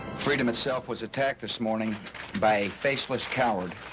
freedom itself was attacked this morning by a faceless coward.